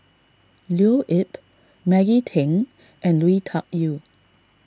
Leo Yip Maggie Teng and Lui Tuck Yew